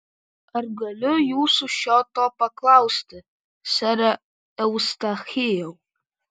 ar galiu jūsų šio to paklausti sere eustachijau